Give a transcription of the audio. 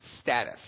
Status